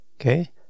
Okay